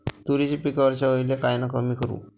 तुरीच्या पिकावरच्या अळीले कायनं कमी करू?